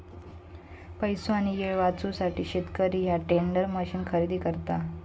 पैसो आणि येळ वाचवूसाठी शेतकरी ह्या टेंडर मशीन खरेदी करता